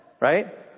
Right